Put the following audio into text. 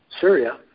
Syria